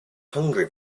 hungry